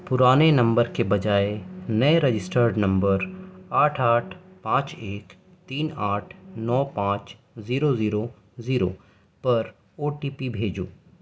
پرانے نمبر کے بجائے نئے رجسٹرڈ نمبر آٹھ آٹھ پانچ ایک تین آٹھ نو پانچ زیرو زیرو زیرو پر او ٹی پی بھیجو